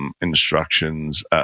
instructions